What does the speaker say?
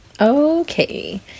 Okay